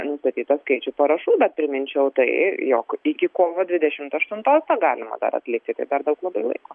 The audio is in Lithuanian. nustatytą skaičių parašų bet priminčiau tai jog iki kovo dvidešimt aštuntos galima dar atlikiti tai dar daug labai laiko